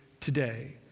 Today